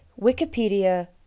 Wikipedia